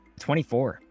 24